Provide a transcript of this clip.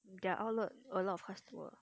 their outlet a lot of customers